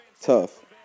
tough